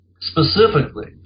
specifically